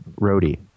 roadie